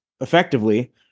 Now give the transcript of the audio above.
effectively